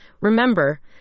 Remember